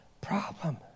problem